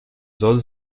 soll